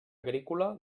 agrícola